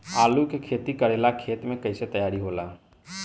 आलू के खेती करेला खेत के कैसे तैयारी होला?